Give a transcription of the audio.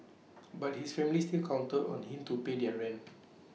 but his family still counted on him to pay their rent